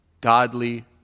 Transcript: godly